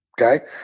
Okay